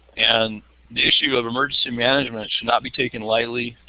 and the issue of emergency management should not be taken lightly.